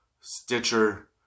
Stitcher